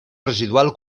residual